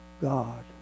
God